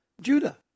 Judah